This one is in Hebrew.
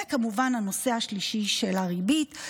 וכמובן, הנושא השלישי, הריבית.